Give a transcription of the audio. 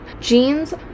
jeans